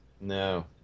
No